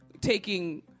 taking